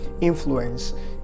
influence